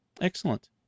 Excellent